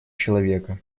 человека